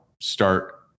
start